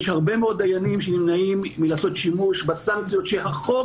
יש הרבה מאוד דיינים שנמנעים מלעשות שימוש בסנקציות שהחוק